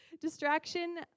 Distraction